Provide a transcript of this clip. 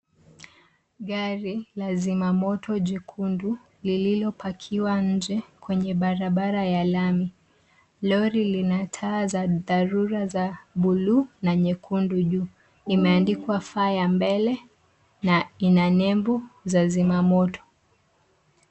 Gari la zimamoto jekundu, lililopakiwa nje kwenye barabara ya lami. Lori lina taa za dharura za buluu na nyekundu juu. Limeandikwa fire mbele, na ina nembo za zimamoto.